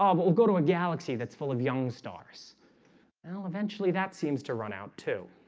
um but we'll go to a galaxy that's full of young stars well eventually that seems to run out too